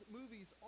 movies